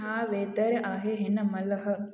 छा वेदर आहे हिन महिल